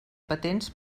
patents